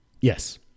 Yes